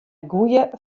goede